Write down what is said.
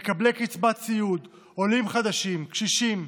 מקבלי קצבת סיעוד, עולים חדשים, קשישים.